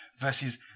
versus